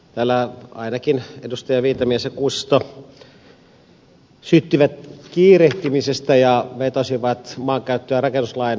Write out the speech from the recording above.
täällä ainakin edustajat viitamies ja kuusisto syyttivät kiirehtimisestä ja vetosivat maankäyttö ja rakennuslain kokonaisuudistukseen